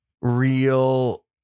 Real